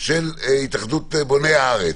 של התאחדות בוני הארץ,